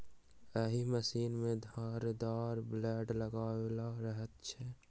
एहि मशीन मे धारदार ब्लेड लगाओल रहैत छै